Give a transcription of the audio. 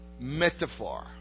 metaphor